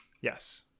Yes